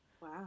Wow